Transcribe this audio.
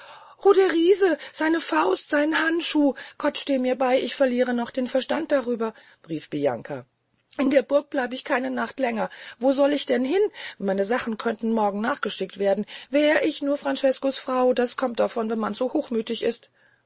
der riese seine faust sein handschuh gott steh mir bey ich verliere noch den verstand darüber rief bianca in der burg bleib ich keine nacht länger wo soll ich hin meine sachen können morgen nachgeschickt werden wär ich nur francesco's frau das kommt davon wenn man zu hochmüthig ist